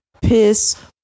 piss